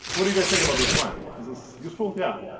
what do you guys think about this plan, is this useful? yeah?